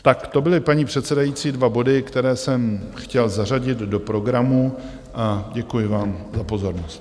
Tak to byly, paní předsedající, dva body, které jsem chtěl zařadit do programu, a děkuji vám za pozornost.